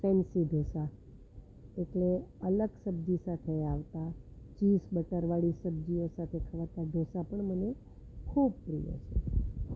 fancy dosa એટલે અલગ સબ્જી સાથે આવતા ચીઝ બટર વાળી સબ્જીઓ સાથે ખવાતા ઢોસા પણ મને ખૂબ પ્રિય છે